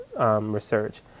research